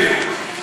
מאיר,